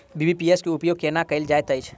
BBPS केँ उपयोग केना कएल जाइत अछि?